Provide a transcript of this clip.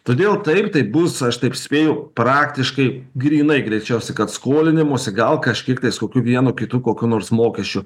todėl taip tai bus aš taip spėju praktiškai grynai greičiausiai kad skolinimosi gal kažkiek tais kokiu vienu kitu kokiu nors mokesčiu